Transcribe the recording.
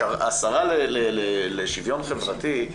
השרה לשוויון חברתי,